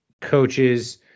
coaches